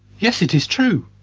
yes, it is true!